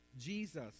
Jesus